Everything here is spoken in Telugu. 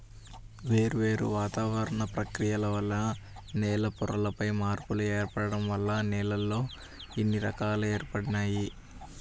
వేర్వేరు వాతావరణ ప్రక్రియల వల్ల నేల పైపొరల్లో మార్పులు ఏర్పడటం వల్ల నేలల్లో ఇన్ని రకాలు ఏర్పడినియ్యి